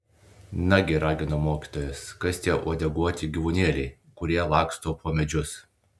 nagi ragino mokytojas kas tie uodeguoti gyvūnėliai kurie laksto po medžius